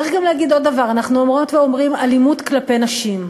צריך גם להגיד עוד דבר: אנחנו אומרות ואומרים "אלימות כלפי נשים",